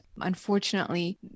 Unfortunately